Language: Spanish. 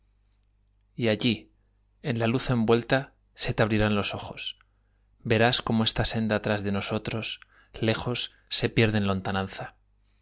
allí en la luz envuelta se te abrirán los ojos verás como esta senda tras de nosotros lejos se pierde en